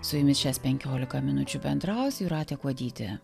su jumis šias penkiolika minučių bendraus jūratė kuodytė